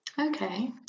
okay